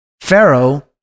Pharaoh